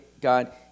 God